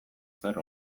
zer